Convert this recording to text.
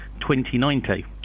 2090